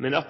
men de